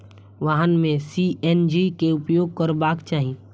वाहन में सी.एन.जी के उपयोग करबाक चाही